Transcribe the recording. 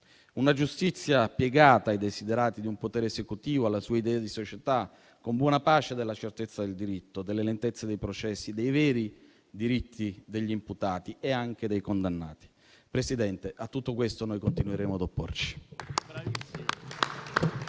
una giustizia piegata ai *desiderata* di un potere esecutivo e alla sua idea di società, con buona pace della certezza del diritto, della lentezza dei processi, dei veri diritti degli imputati e anche dei condannati. Presidente, a tutto questo noi continueremo a opporci.